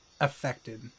affected